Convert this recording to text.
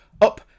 up